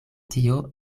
tio